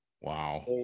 Wow